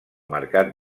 mercat